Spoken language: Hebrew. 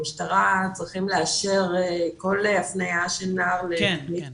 צריכים לאשר כל הפניה של נער לטיפול כזה.